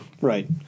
Right